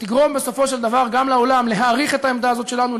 שתגרום בסופו של דבר גם לעולם להעריך את העמדה הזאת שלנו,